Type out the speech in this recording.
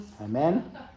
Amen